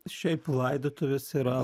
šiaip laidotuvės yra